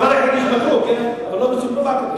תרופות מצילות חיים לא פטורות ממע"מ.